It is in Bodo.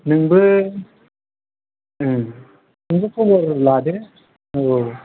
नोंबो नोंबो खबर लादो औ औ